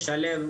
ישלב,